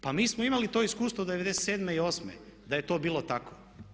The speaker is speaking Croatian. Pa mi smo imali to iskustvo '97. i '98. da je to bilo tako.